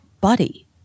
buddy